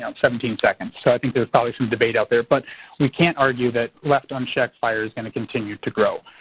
seventeen seconds so i think there's probably some debate out there. but we can't argue that less unchecked fire is going to continue to grow.